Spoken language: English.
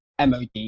MOD